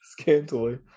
Scantily